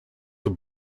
were